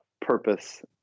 purpose